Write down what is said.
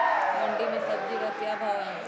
मंडी में सब्जी का क्या भाव हैँ?